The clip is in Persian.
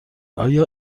آیا